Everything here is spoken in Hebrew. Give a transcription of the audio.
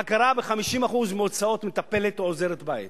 הכרה ב-50% מהוצאות מטפלת או עוזרת בית,